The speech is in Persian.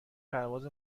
پرواز